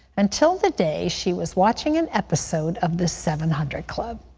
until the day she was watching an episode of the seven hundred club.